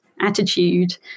attitude